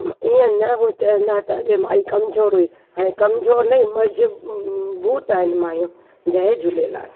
ईअं न हू चवंदा त अॻे माई कमज़ोरु हुई हाणे कमज़ोरु नाहे मजबूत आहिनि माइयूं जय झूलेलाल